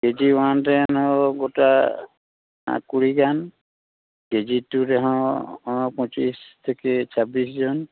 ᱠᱮᱡᱤ one ᱨᱮᱱ ᱜᱚᱴᱟ ᱠᱩᱲᱤ ᱜᱟᱱ ᱠᱮᱡᱤ ᱴᱩ ᱨᱮᱦᱚᱸ ᱯᱚᱪᱤᱥ ᱛᱷᱮᱠᱮ ᱪᱷᱟᱵᱤᱥ ᱡᱚᱱ